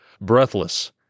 Breathless